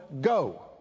go